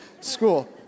School